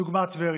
דוגמת טבריה.